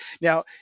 Now